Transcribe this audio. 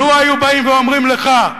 לו היו באים ואומרים לך,